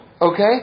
okay